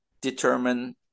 determine